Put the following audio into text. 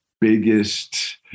biggest